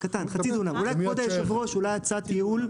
אולי, כבוד יושב הראש, אולי הצעת ייעול?